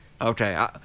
Okay